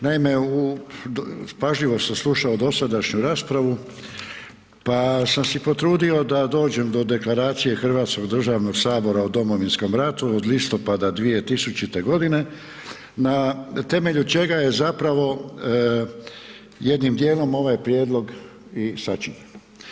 Naime, pažljivo sam slušao dosadašnju raspravu pa sam se potrudio da dođem do Deklaracije Hrvatskog državnog sabora u Domovinskom ratu od listopada 2000. godine na temelju čega je zapravo jednim dijelom ovaj prijedlog i sačinjen.